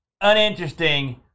uninteresting